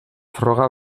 froga